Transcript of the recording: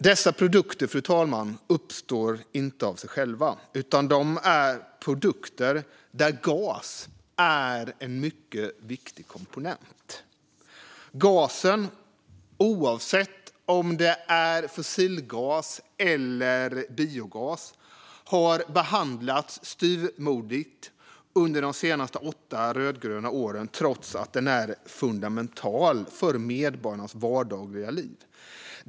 Dessa produkter uppstår inte av sig själva, utan de är produkter där gas är en mycket viktig komponent. Gasen, oavsett om det är fossilgas eller biogas, har behandlats styvmoderligt under de senaste åtta rödgröna åren trots att den är fundamental för medborgarnas vardagliga liv.